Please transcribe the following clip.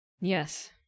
Yes